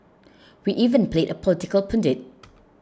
we even played political pundit